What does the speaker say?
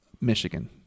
Michigan